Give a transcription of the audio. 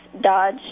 Dodge